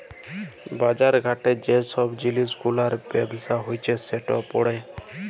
বাজার ঘাটে যে ছব জিলিস গুলার ব্যবসা হছে সেট পড়ে